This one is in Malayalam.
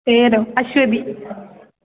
പേരോ അശ്വതി